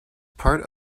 part